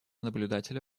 наблюдателя